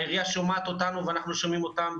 העירייה שומעת אותנו ואנחנו שומעים אותם,